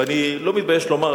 ואני לא מתבייש לומר,